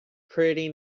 pretty